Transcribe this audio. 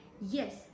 Yes